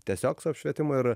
tiesiog su apšvietimu ir